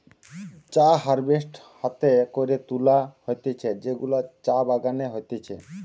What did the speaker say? চা হারভেস্ট হাতে করে তুলা হতিছে যেগুলা চা বাগানে হতিছে